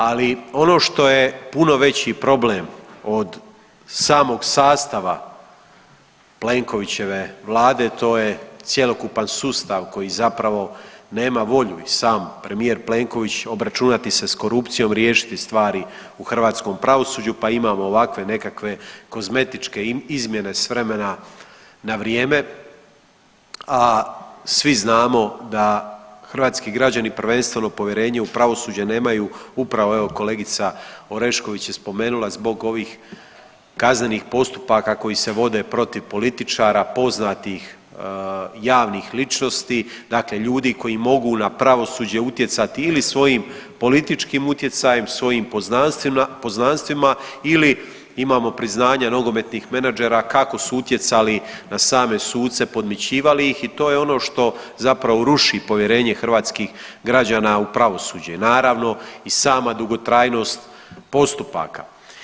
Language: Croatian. Ali ono što je puno veći problem od samog sastava Plenkovićeve vlade to je cjelokupan sustav koji zapravo nema volju i sam premijer Plenković obračunati se s korupcijom i riješiti stvari u hrvatskom pravosuđu, pa imamo ovakve nekakve kozmetičke izmjene s vremena na vrijeme, a svi znamo da hrvatski građani prvenstveno povjerenje u pravosuđe nemaju upravo evo kolegica Orešković je spomenula zbog ovih kaznenih postupaka koji se vode protiv političara, poznatih javnih ličnosti, dakle ljudi koji mogu na pravosuđe utjecati ili svojim političkim utjecajem, svojim poznanstvima ili imamo priznanje nogometnih menadžera kako su utjecali na same suce, podmićivali ih i to je ono što zapravo ruši povjerenje hrvatskih građana u pravosuđe, naravno i sama dugotrajnost postupaka.